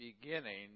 beginning